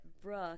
Brooke